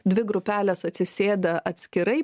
dvi grupelės atsisėda atskirai